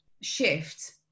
shift